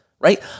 right